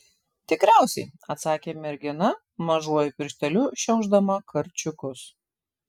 tikriausiai atsakė mergina mažuoju piršteliu šiaušdama karčiukus